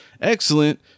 excellent